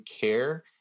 care